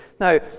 Now